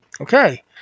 Okay